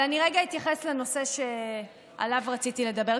אבל אני רגע אתייחס לנושא שעליו רציתי לדבר.